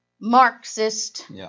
Marxist